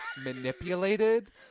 manipulated